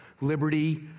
liberty